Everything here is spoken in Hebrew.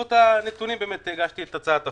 ובעקבות הנתונים אכן הגשתי הצעת חוק.